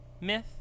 myth